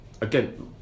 again